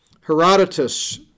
herodotus